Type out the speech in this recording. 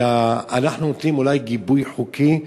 שאולי אנחנו נותנים בו גיבוי חוקי,